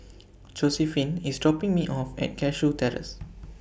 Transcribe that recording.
Josiephine IS dropping Me off At Cashew Terrace